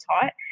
taught